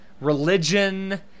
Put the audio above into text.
religion